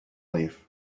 leaf